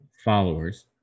followers